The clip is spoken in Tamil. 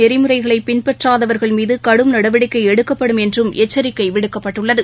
நெறிமுறைகளைபின்பற்றாதவர்கள் மீதுகடும் நடவடிக்கைஎடுக்கப்படும் என்றம் அரசின் எச்சரிக்கைவிடுக்கப்பட்டுள்ளது